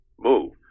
move